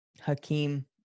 Hakeem